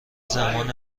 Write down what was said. زمان